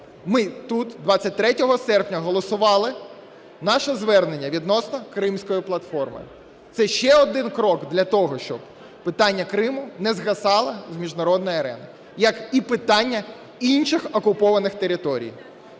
ми тут 23 серпня голосували. Наше звернення відносно Кримської платформи – це ще один крок для того, щоб питання Криму не згасало на міжнародній арені, як і питання інших окупованих територій.